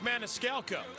Maniscalco